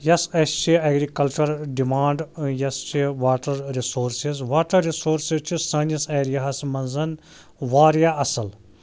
یۄس اَسہِ چھِ اٮ۪گرِکَلچٕرَل ڈِمانٛڈ یۄس چھِ واٹَر رِسورسِز واٹر رِسورسٕز چھِ سٲنِس ایریاہَس منٛز واریاہ اَصٕل